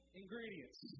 ingredients